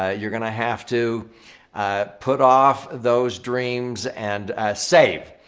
ah you're gonna have to put off those dreams and save.